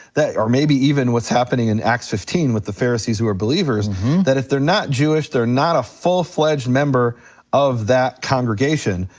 or maybe even what's happening in acts fifteen with the pharisees who are believers that if they're not jewish, they're not a full fledged member of that congregation.